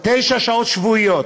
תשע שעות שבועיות.